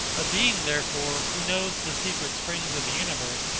a being, therefore, who knows the secret springs of the universe,